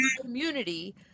community